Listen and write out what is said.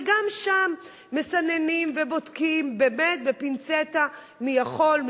וגם שם מסננים ובודקים באמת בפינצטה מי יכול,